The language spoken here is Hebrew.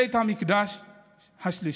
בית המקדש השלישי.